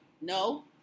No